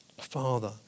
Father